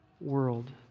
world